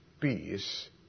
peace